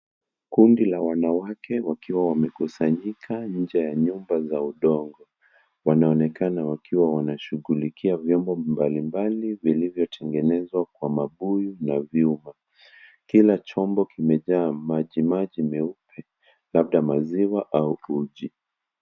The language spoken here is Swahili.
Kundi la wanawake wakiwa wamekusanyika nje ya nyumba za udongo. Wanaonekana wakiwa wanashughulikia vyombo mbalimbali vilivyo tengenezwa kwa mabuyu na vyuma. Kila chombo kimejaa majimaji meupe labda maziwa au uji.